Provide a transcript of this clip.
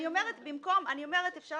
אפשר